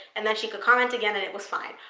and then she could comment again, and it was fine,